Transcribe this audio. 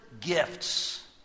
gifts